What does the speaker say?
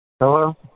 Hello